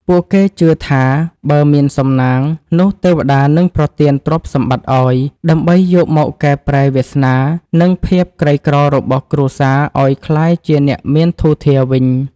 ពួកគេជឿថា បើមានសំណាង នោះទេវតានឹងប្រទានទ្រព្យសម្បត្តិឱ្យ ដើម្បីយកមកកែប្រែវាសនា និងភាពក្រីក្ររបស់គ្រួសារឱ្យក្លាយជាអ្នកមានធូរធារវិញ។